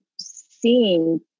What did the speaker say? seeing